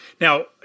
Now